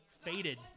faded